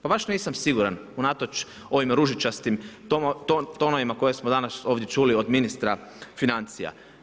Pa baš nisam siguran, unatoč ovim ružičastim tonovima koje smo danas ovdje čuli od ministra financija.